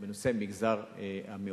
בנושא מגזר המיעוטים?